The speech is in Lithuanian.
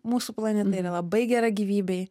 mūsų planeta yra labai gera gyvybei